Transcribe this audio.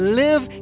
live